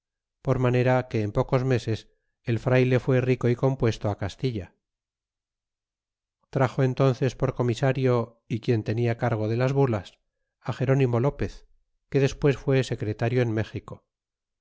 por manera que en pocos meses el frayle fué rico y compuesto castilla traxo entnces por comisario y quien tenia cargo de las bulas gerónimo lopez que despues fue secretario en méxico